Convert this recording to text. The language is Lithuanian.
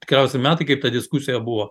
tikriausia metai kaip ta diskusija buvo